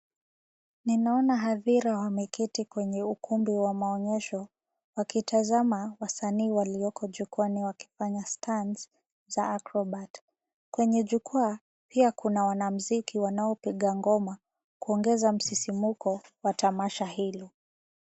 Ninaona hadhira wameketi kwenye ukumbi wa maonyesho wakitazama wasanii walioko jukwaani wakifanya stands za acrobat . Kwenye jukwaa pia kuna wanamuziki wanaopiga ngoma kuongeza msisimuko wa tamasha hilo.